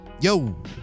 Yo